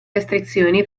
restrizioni